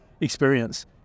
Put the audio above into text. experience